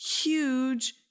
huge